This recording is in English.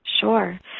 Sure